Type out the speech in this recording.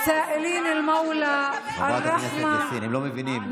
שמדברים בעברית אלא אם כן מתרגמים.